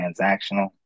transactional